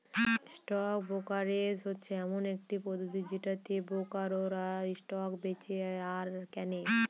stock brokerage হচ্ছে এমন একটি পদ্ধতি যেটাতে ব্রোকাররা স্টক বেঁচে আর কেনে